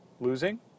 losing